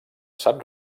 sap